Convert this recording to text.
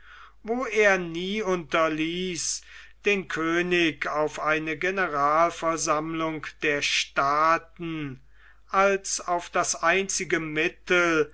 wo er nie unterließ den könig auf eine generalversammlung der staaten als auf das einzige mittel